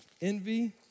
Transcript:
envy